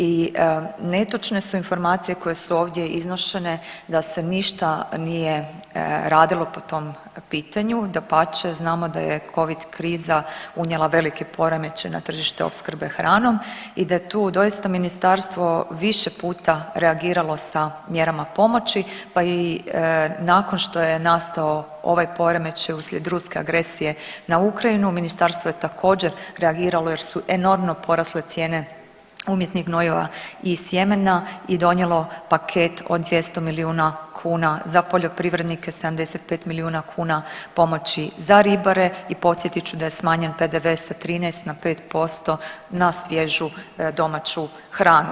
I netočne su informacije koje su ovdje iznošene da se ništa nije radilo po tom pitanju, dapače znamo da je covid kriza unijela veliki poremećaj na tržište opskrbe hranom i da je tu doista ministarstvo više puta reagiralo sa mjerama pomoći, pa i nakon što je nastao ovaj poremećaj uslijed ruske agresije na Ukrajinu ministarstvo je također reagiralo jer su enormno porasle cijene umjetnih gnojiva i sjemena i donijelo paket od 200 milijuna kuna za poljoprivrednike, 75 milijuna kuna pomoći za ribare i podsjetit ću da je smanjen PDV sa 13 na 5% na svježu domaću hranu.